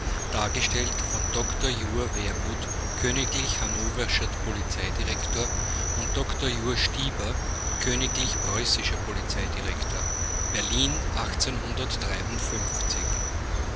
dargestellt von dr jur wermuth königlich hannoverscher polizeidirektor und dr jur stieber königlich preußischer polizeidirektor